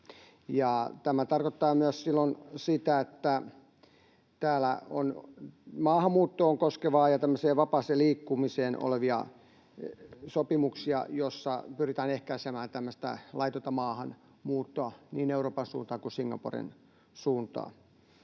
Tämä tarkoittaa myös sitä, että täällä on maahanmuuttoa koskevaa ja vapaata liikkumista koskevia sopimuksia, joissa pyritään ehkäisemään laitonta maahanmuuttoa niin Euroopan suuntaan kuin Singaporen suuntaan.